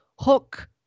hook